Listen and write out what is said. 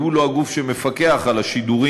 כי הוא לא הגוף שמפקח על השידורים